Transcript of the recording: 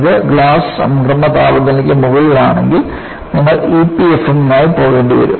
ഇത് ഗ്ലാസ് സംക്രമണ താപനിലയ്ക്ക് മുകളിലാണെങ്കിൽ നിങ്ങൾ EPFM നായി പോകേണ്ടിവരും